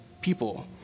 people